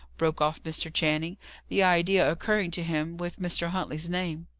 broke off mr. channing the idea occurring to him with mr. huntley's name.